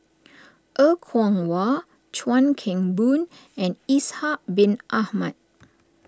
Er Kwong Wah Chuan Keng Boon and Ishak Bin Ahmad